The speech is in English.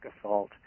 assault